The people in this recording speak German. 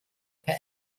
per